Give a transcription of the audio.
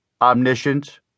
omniscient